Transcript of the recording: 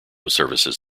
services